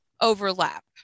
overlap